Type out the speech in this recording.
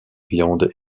viande